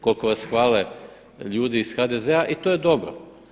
Koliko vas hvale ljudi iz HDZ-a i to je dobro.